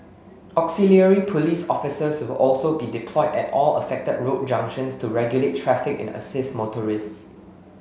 auxiliary police officers will also be deployed at all affected road junctions to regulate traffic and assist motorists